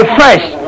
first